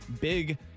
big